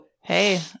Hey